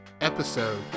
episode